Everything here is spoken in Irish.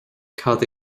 cad